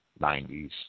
90s